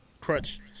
crutch –